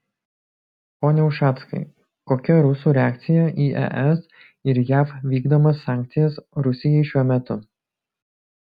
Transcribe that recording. pone ušackai kokia rusų reakcija į es ir jav vykdomas sankcijas rusijai šiuo metu